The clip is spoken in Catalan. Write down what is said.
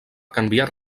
canviar